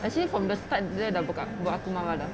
actually from the start dia dah buat aku marah dah